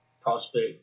prospect